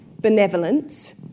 benevolence